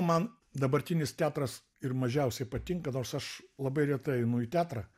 man dabartinis teatras ir mažiausiai patinka nors aš labai retai einu į teatrą